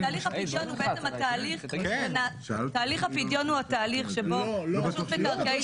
תהליך הפדיון הוא תהליך שבו רשות מקרקעי